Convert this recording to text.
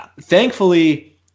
thankfully